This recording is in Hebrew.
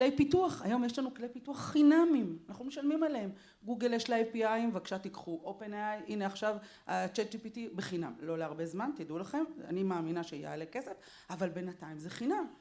כלי פיתוח, היום יש לנו כלי פיתוח חינמיים, אנחנו משלמים עליהם, גוגל יש לה API'ים, בבקשה תיקחו, OpenAI, הנה עכשיו ChatGPT בחינם, לא להרבה זמן, תדעו לכם, אני מאמינה שיעלה כסף, אבל בינתיים זה חינם.